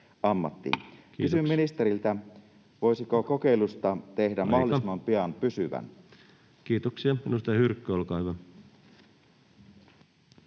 Kysyn ministeriltä: Voisiko kokeilusta tehdä mahdollisimman pian pysyvän? Kiitoksia. — Edustaja Hyrkkö, olkaa hyvä.